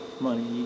money